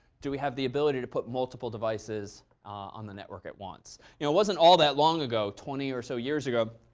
do we have the ability to put multiple devices on the network at once. it wasn't all that long ago, twenty or so years ago,